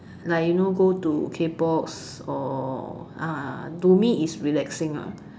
like you know go to K-Box or ah to me is relaxing lah